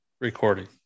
recording